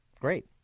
Great